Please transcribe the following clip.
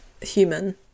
human